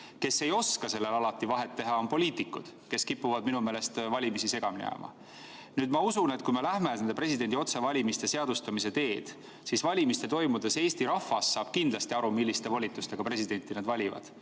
kes ei oska sellel alati vahet teha, on poliitikud, kes kipuvad minu meelest valimisi segamini ajama. Ma usun, et kui me läheme presidendi otsevalimise seadustamise teed, siis valimiste toimudes Eesti rahvas saab kindlasti aru, milliste volitustega presidenti nad valivad.